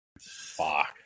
Fuck